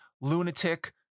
lunatic